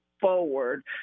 forward